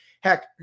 Heck